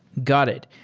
got it.